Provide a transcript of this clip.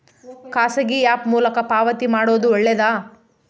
ಖಾಸಗಿ ಆ್ಯಪ್ ಮೂಲಕ ಪಾವತಿ ಮಾಡೋದು ಒಳ್ಳೆದಾ?